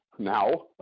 now